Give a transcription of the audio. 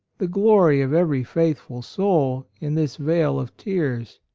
the glory of every faithful soul in this vale of tears.